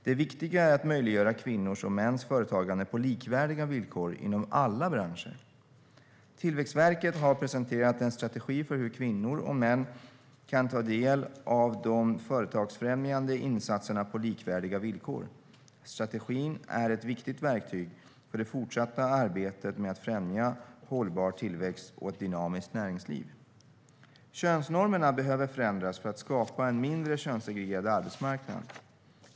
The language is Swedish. Det viktiga är att möjliggöra kvinnors och mäns företagande på likvärdiga villkor inom alla branscher. Tillväxtverket har presenterat en strategi för hur kvinnor och män kan ta del av de företagsfrämjande insatserna på likvärdiga villkor. Strategin är ett viktigt verktyg för det fortsatta arbetet med att främja hållbar tillväxt och ett dynamiskt näringsliv. Könsnormerna behöver förändras för att skapa en mindre könssegregerad arbetsmarknad.